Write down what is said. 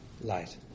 light